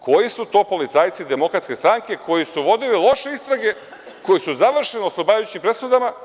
Koji su to policajci DS koji su vodili loše istrage, koje su završene oslobađajućim presudama?